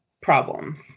problems